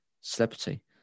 celebrity